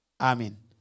Amen